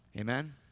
Amen